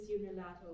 unilateral